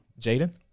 Jaden